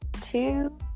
two